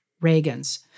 Reagan's